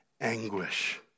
anguish